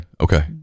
Okay